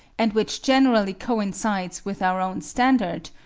and which generally coincides with our own standard,